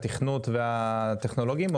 התכנות והטכנולוגיים?